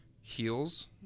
heals